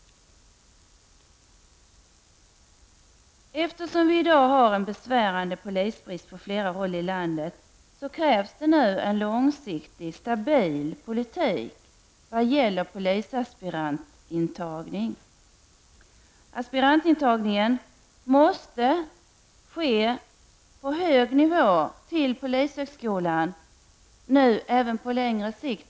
Eftersom vi i dag har en besvärande polisbrist på flera håll i landet krävs nu en långsiktig, stabil politik vad gäller polisaspirantintagning. Aspirantintagningen till polishögskolan måste ske på hög nivå även på längre sikt.